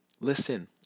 Listen